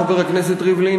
חבר הכנסת ריבלין,